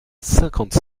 cinquante